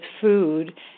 food